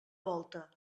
volta